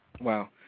Wow